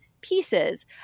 pieces